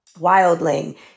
Wildling